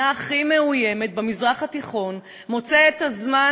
הכי מאוימת במזרח התיכון מוצא את הזמן,